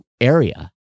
area